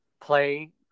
play